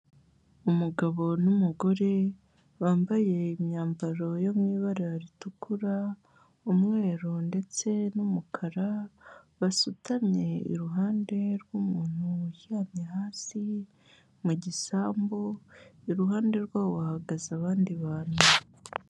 Umugabo n'umugore bambaye imyambaro yo mu ibara ritukura, umweru ndetse n'umukara basutamye iruhande rw'umuntu uryamye hasi mu gisambu, iruhande rwabo bahagaze abandi bantu.